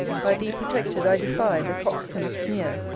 by thee protected, i defy the coxcomb's sneer,